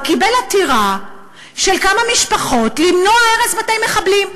הוא קיבל עתירה של כמה משפחות למנוע הרס בתי מחבלים.